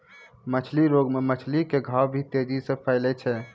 मछली रोग मे मछली के घाव भी तेजी से फैलै छै